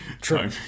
True